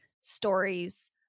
stories